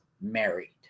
married